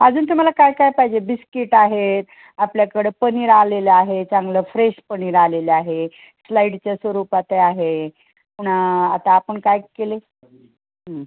अजून तुम्हाला काय काय पाहिजे बिस्कीट आहेत आपल्याकडे पनीर आलेलं आहे चांगलं फ्रेश पनीर आलेलं आहे स्लाईडच्या स्वरूपात आहे आहे पुन्हा आता आपण काय केले